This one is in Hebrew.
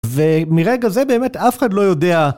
ומרגע זה באמת אף אחד לא יודע.